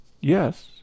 yes